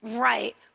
Right